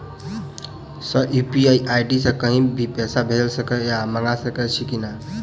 Sir UPI ID सँ कहि भी पैसा भेजि सकै या मंगा सकै छी की न ई?